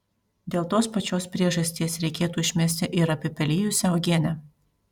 dėl tos pačios priežasties reikėtų išmesti ir apipelijusią uogienę